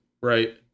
right